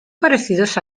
parecidos